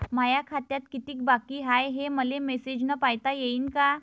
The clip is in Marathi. माया खात्यात कितीक बाकी हाय, हे मले मेसेजन पायता येईन का?